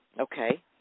Okay